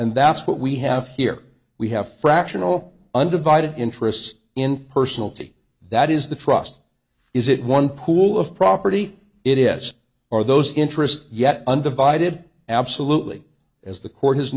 and that's what we have here we have fractional undivided interest in personalty that is the trust is it one pool of property it is are those interests yet undivided absolutely as the court h